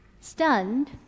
Stunned